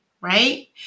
right